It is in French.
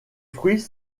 fruits